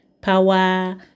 power